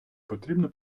потрібно